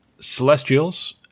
celestials